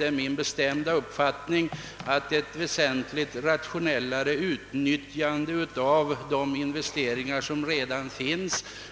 Det är min bestämda uppfattning att ett väsentligt rationellare utnyttjande av de investeringar som redan är nedlagda på detta område